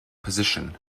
position